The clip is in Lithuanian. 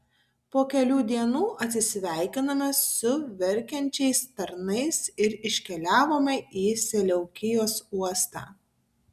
po kelių dienų atsisveikinome su verkiančiais tarnais ir iškeliavome į seleukijos uostą